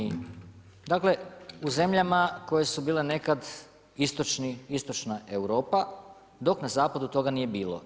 Dakle, u zemljama koje su bile nekad istočna Europa dok na zapadu toga nije bilo.